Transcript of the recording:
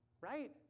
right